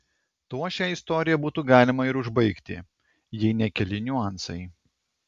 tuo šią istoriją būtų galima ir užbaigti jei ne keli niuansai